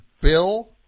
Bill